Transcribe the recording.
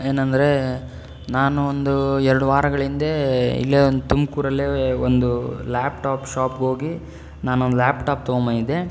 ಏನೆಂದರೆ ನಾನು ಒಂದು ಎರಡು ವಾರಗಳ ಹಿಂದೆ ಇಲ್ಲೇ ಒಂದು ತುಮಕೂರಲ್ಲೇ ಒಂದು ಲ್ಯಾಪ್ ಟಾಪ್ ಶಾಪ್ಗೋಗಿ ನಾನೊಂದು ಲ್ಯಾಪ್ ಟಾಪ್ ತಗೊಂಡ್ಬಂದಿದ್ದೆ